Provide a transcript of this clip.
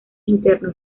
interno